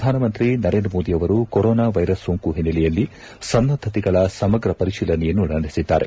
ಪ್ರಧಾನಮಂತ್ರಿ ನರೇಂದ್ರ ಮೋದಿ ಅವರು corona virus ಸೋಂಕು ಹಿನ್ನೆಲೆಯಲ್ಲಿ ಸನ್ನದ್ದತೆಗಳ ಸಮಗ್ರ ಪರಿಶೀಲನೆಯನ್ನು ನಡೆಸಿದ್ದಾರೆ